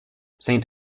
saint